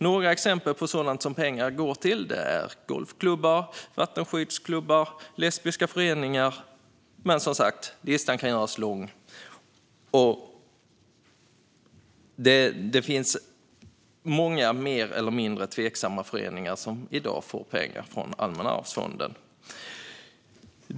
Några exempel på sådant som pengarna går till är golfklubbar, vattenskidklubbar och lesbiska föreningar - listan kan göras lång. Det finns många mer eller mindre tveksamma föreningar som i dag får pengar från Allmänna arvsfonden.